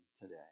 today